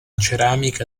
ceramica